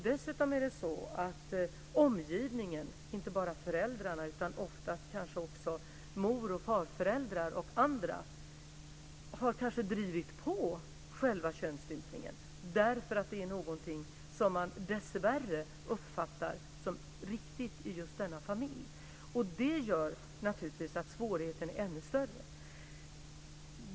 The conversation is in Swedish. Dessutom är det så att inte bara föräldrarna utan omgivningen, och oftast kanske mor och farföräldrar och andra släktingar, har drivit på själva könsstympningen därför att det är någonting som man dessvärre uppfattar som riktigt i just denna familj. Det gör naturligtvis att svårigheten är ännu större.